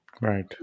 Right